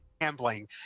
gambling